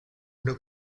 una